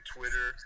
Twitter